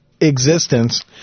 existence